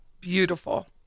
beautiful